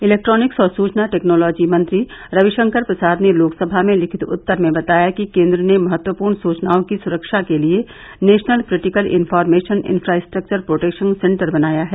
electronics और सुचना technology मंत्री रविशंकर प्रसाद ने लोकसभा में लिखित उत्तर में बताया कि केन्द्र ने महत्वपूर्ण सूचनाओं की सुरक्षा के लिए national critical information infrastructure protection centre बनाया है